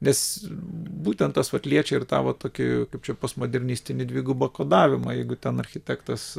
nes būtent tas vat liečia ir tą vat tokį kaip čia postmodernistinį dvigubą kodavimą jeigu ten architektas